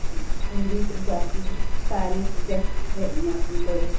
ਹਿੰਦੀ ਪੰਜਾਬੀ ਸਾਰੇ ਸਬਜੈਕਟ ਦੀਆਂ ਹੈਗੀਆਂ ਆਪਣੇ ਕੋਲੇ